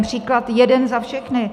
Příklad jeden za všechny.